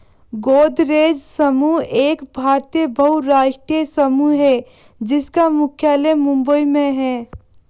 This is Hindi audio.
गोदरेज समूह एक भारतीय बहुराष्ट्रीय समूह है जिसका मुख्यालय मुंबई में है